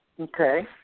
Okay